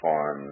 on